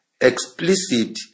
explicit